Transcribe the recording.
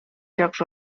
jocs